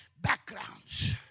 backgrounds